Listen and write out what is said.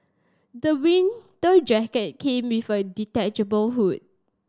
the winter jacket came with a detachable hood